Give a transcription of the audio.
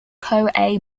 coa